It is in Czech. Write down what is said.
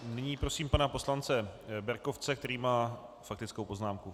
Nyní prosím pana poslance Berkovce, který má faktickou poznámku.